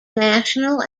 national